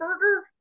burger